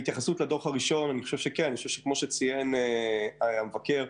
לגבי הדוח הראשון: אני חושב שכמו שציין המבקר,